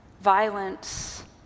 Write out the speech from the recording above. violence